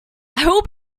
will